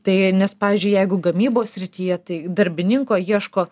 tai nes pavyzdžiui jeigu gamybos srityje tai darbininko ieško